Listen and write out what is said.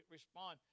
respond